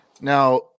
Now